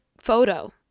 photo